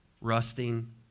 rusting